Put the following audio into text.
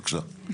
בבקשה.